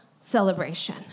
celebration